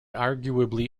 arguably